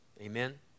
Amen